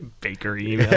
Bakery